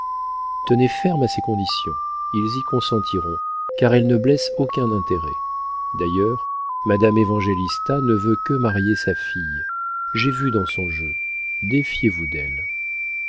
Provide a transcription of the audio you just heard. tenez ferme à ces conditions ils y consentiront car elles ne blessent aucun intérêt d'ailleurs madame évangélista ne veut que marier sa fille j'ai vu dans son jeu défiez-vous d'elle